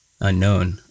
unknown